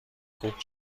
خوب